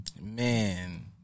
Man